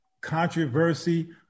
controversy